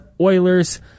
Oilers